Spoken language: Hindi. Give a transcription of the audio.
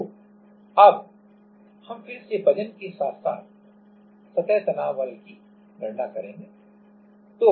तो अब हम फिर से वजन के साथ साथ सतह तनाव बल की गणना करते हैं